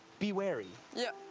be wary. yeah.